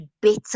better